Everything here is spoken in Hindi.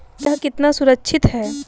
यह कितना सुरक्षित है?